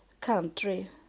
country